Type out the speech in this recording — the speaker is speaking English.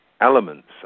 Elements